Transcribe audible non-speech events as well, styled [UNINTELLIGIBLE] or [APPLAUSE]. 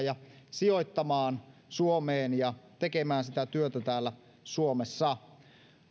[UNINTELLIGIBLE] ja sijoittamaan suomeen ja tekemään sitä työtä täällä suomessa